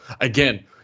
again